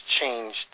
changed